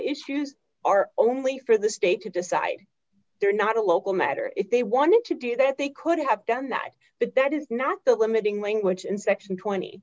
issues are only for the state to decide they're not a local matter if they wanted to do that they could have done that but that is not the limiting language in section twenty